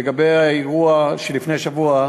חבר הכנסת דב, לגבי האירוע שהיה לפני שבוע,